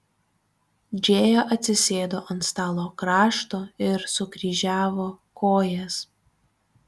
džėja atsisėdo ant stalo krašto ir sukryžiavo kojas